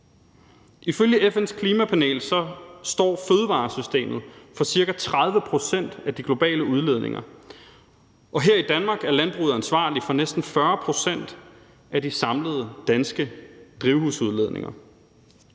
Ifølge FN’s klimapanel står fødevaresystemet for cirka 30 pct. af de globale udledninger, og her i Danmark er landbruget ansvarlig for næsten 40 pct. af det samlede danske drivhusgasudledninger.